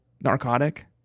narcotic